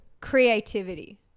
Creativity